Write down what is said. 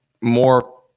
more